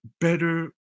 better